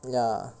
ya